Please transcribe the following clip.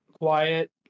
quiet